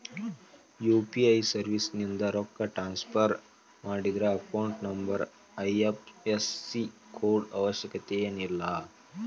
UPI ಸರ್ವಿಸ್ಯಿಂದ ರೊಕ್ಕ transfer ಮಾಡಿದ್ರ ಅಕೌಂಟ್ ನಂಬರ್ ಐ.ಎಫ್.ಎಸ್.ಸಿ ಕೋಡ್ ಅವಶ್ಯಕತೆನ ಇಲ್ಲ